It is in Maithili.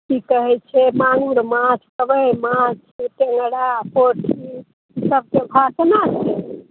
कि कहै छै माङ्गुर माछ कबइ माछ टेङ्गरा पोठी सबके भाव कोना छै